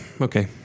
Okay